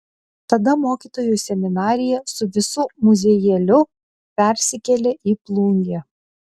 tada mokytojų seminarija su visu muziejėliu persikėlė į plungę